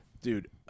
Dude